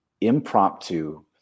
impromptu